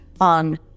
on